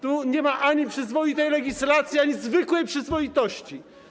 Tu nie ma ani przyzwoitej legislacji, ani zwykłej przyzwoitości.